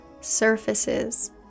surfaces